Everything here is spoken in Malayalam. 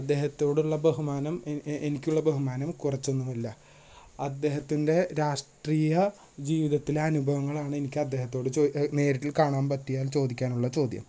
അദ്ദേഹത്തോടുള്ള ബഹുമാനം എനിക്കുള്ള ബഹുമാനം കുറച്ചൊന്നുവല്ല അദ്ദേഹത്തിൻ്റെ രാഷ്ട്രീയ ജീവിതത്തിലെ അനുഭവങ്ങളാണ് എനിയ്ക്കദ്ദേഹത്തോട് നേരിട്ട് കാണാൻ പറ്റിയാൽ ചോദിക്കാനുള്ള ചോദ്യം